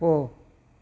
போ